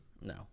No